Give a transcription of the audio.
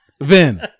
Vin